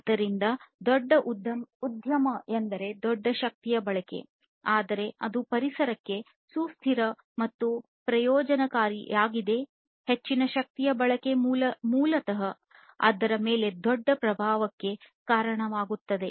ಆದ್ದರಿಂದ ದೊಡ್ಡ ಉದ್ಯಮ ಎಂದರೆ ದೊಡ್ಡ ಶಕ್ತಿಯ ಬಳಕೆ ಆದರೆ ಅದು ಪರಿಸರಕ್ಕೆ ಸುಸ್ಥಿರ ಮತ್ತು ಪ್ರಯೋಜನಕಾರಿಯಾಗಿದೆ ಹೆಚ್ಚಿನ ಶಕ್ತಿಯ ಬಳಕೆ ಮೂಲತಃ ಅದರ ಮೇಲೆ ದೊಡ್ಡ ಪ್ರಭಾವಕ್ಕೆ ಕಾರಣವಾಗುತ್ತದೆ